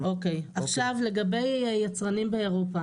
עכשיו, לגבי יצרנים באירופה